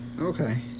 Okay